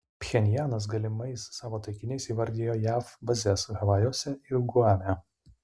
pchenjanas galimais savo taikiniais įvardijo jav bazes havajuose ir guame